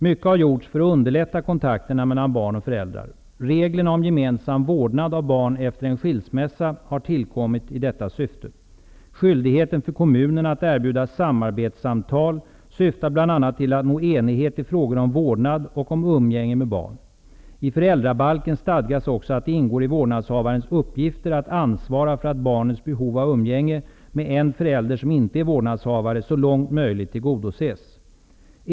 Mycket har gjorts för att underlätta kontakterna mellan barn och föräldrar. Reglerna om gemensam vårdnad av barn efter en skilsmässa har tillkommit i detta syfte. Skyldigheten för kommunerna att erbjuda samarbetssamtal syftar bl.a. till att nå enighet i frågor om vårdnad och umgänge med barn. I föräldrabalken stadgas också att det ingår i vårdnadshavarens uppgifter att ansvara för att barnets behov av umgänge med en förälder som inte är vårdnadshavare så långt möjligt tillgodoses.